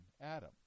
Adam